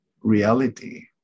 reality